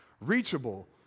reachable